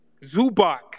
Zubak